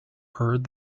heard